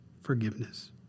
forgiveness